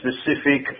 specific